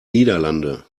niederlande